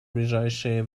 ближайшее